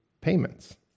payments